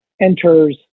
enters